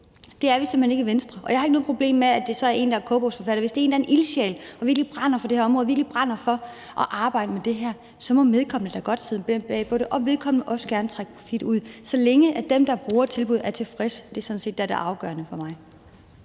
Det er vi simpelt hen ikke i Venstre. Jeg har ikke noget problem med, at det så er en, der er kogebogsforfatter. Hvis det er en eller anden ildsjæl, der virkelig brænder for det her område, virkelig brænder for at arbejde med det her, så må vedkommende da godt stå bag det, og vedkommende må også gerne trække profit ud, så længe dem, der bruger tilbuddet, er tilfredse. Det er sådan set det,